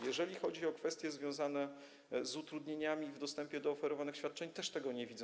Jeżeli chodzi o kwestie związane z utrudnieniami w dostępie do oferowanych świadczeń, to też tego nie widzę.